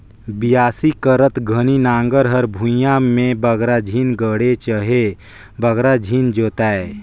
बियासी करत घनी नांगर हर भुईया मे बगरा झिन गड़े चहे बगरा झिन जोताए